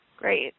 Great